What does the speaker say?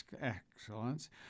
Excellence